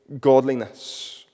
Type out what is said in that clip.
godliness